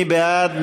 מי בעד?